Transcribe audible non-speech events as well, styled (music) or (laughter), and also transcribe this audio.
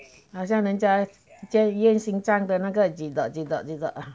好像人家验心脏的那个 (noise)